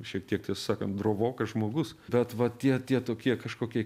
šiek tiek tiesą sakant drovokas žmogus bet va tie tie tokie kažkokie